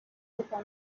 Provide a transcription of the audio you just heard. دوتا